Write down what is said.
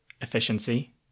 efficiency